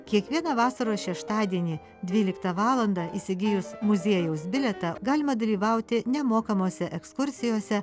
kiekvieną vasaros šeštadienį dvyliktą valandą įsigijus muziejaus bilietą galima dalyvauti nemokamose ekskursijose